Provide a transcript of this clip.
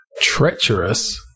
Treacherous